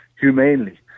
humanely